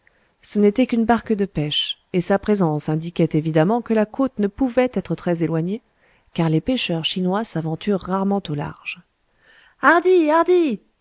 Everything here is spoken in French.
ce n'était qu'une barque de pêche et sa présence indiquait évidemment que la côte ne pouvait être très éloignée car les pêcheurs chinois s'aventurent rarement au large